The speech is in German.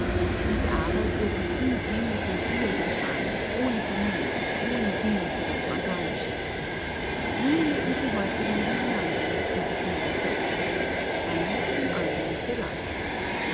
diese arbeit wurde mit unheimlicher gier getan ohne vernunft ohne sinn für das organische nun leben sie heute nebeneinander diese vielen völker eins dem andern zur last